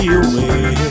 away